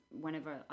whenever